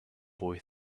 boy